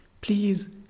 Please